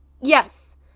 Yes